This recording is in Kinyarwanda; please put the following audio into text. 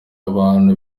abantu